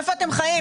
איפה אתם חיים?